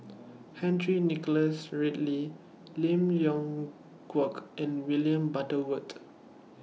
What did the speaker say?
Henry Nicholas Ridley Lim Leong Geok and William Butterworth